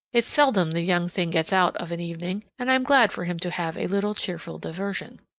it's seldom the young thing gets out of an evening, and i'm glad for him to have a little cheerful diversion.